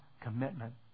commitment